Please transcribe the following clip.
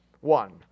One